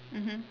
mmhmm